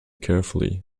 carefully